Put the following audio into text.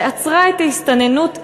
שעצרה את ההסתננות לחלוטין,